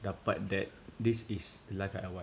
dapat that this is the life that I want